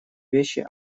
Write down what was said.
вещи